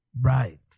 Right